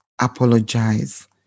apologize